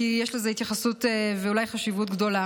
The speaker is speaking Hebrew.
כי יש לזה התייחסות ואולי חשיבות גדולה.